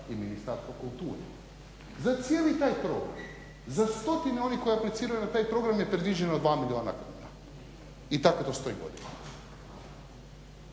i Ministarstvo kulture. Za cijeli taj program, za stotine onih koji apliciraju na taj program je predviđeno dva milijuna kuna i tako to stoji godinama.